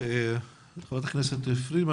אחמד טיבי וחברת הכנסת היבה